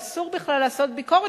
שאסור בכלל לעשות ביקורת,